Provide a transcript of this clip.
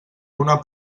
una